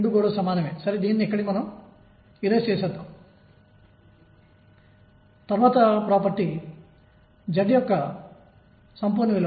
ఇది బోర్ నిబంధనను పునరుత్పాదిస్తుందో మొదట చూద్దాం